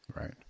Right